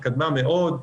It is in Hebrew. התקדמה מאוד.